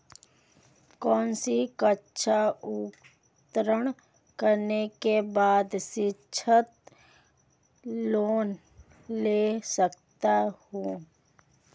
कौनसी कक्षा उत्तीर्ण करने के बाद शिक्षित लोंन ले सकता हूं?